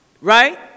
right